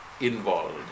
involved